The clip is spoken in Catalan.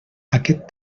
aquest